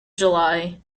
july